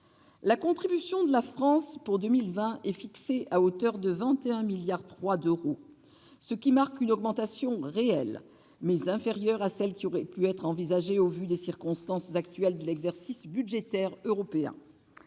La contribution de la France pour 2020 est fixée à 21,3 milliards d'euros, ce qui marque une augmentation réelle, mais inférieure à celle qui aurait pu être envisagée au vu des circonstances actuelles de l'exercice budgétaire européen.